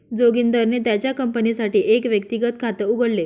जोगिंदरने त्याच्या कंपनीसाठी एक व्यक्तिगत खात उघडले